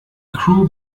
crew